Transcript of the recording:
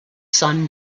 son